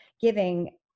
giving